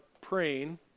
praying